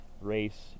race